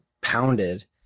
pounded